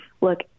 look